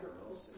girls